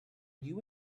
you